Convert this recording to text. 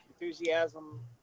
enthusiasm